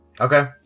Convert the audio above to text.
Okay